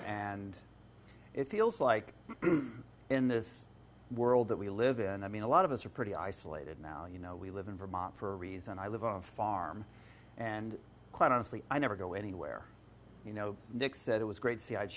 and it feels like in this world that we live in i mean a lot of us are pretty isolated now you know we live in vermont for a reason i live a farm and quite honestly i never go anywhere you know nick said it was great see i'